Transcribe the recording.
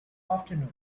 afternoon